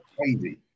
Crazy